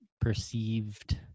perceived